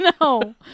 No